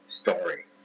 story